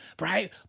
right